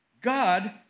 God